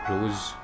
Rose